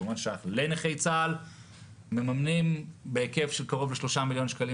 כמובן שנכי צה"ל מממנים בהיקף של קרוב ל-3 מיליון שקלים